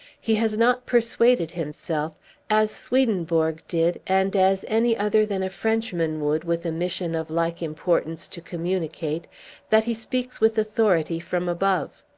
he has not persuaded himself as swedenborg did, and as any other than a frenchman would, with a mission of like importance to communicate that he speaks with authority from above.